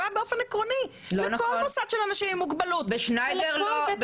הוא היה באופן עקרוני לכל מוסד של אנשים עם מוגבלות ולכל בית אבות.